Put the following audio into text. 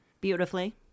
Beautifully